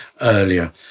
earlier